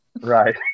right